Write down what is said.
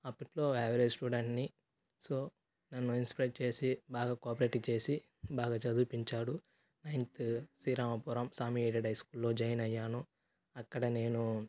అప్పట్లో ఆవరేజ్ స్టూడెంట్ని సో నన్ను ఇన్స్పరైట్ చేసి బాగా కోపరేట్ చేసి బాగా చదివిపించాడు ninth Sriramapuram Swami aided high స్కూల్లో జాయిన్ అయ్యాను అక్కడ నేను